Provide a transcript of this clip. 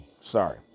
Sorry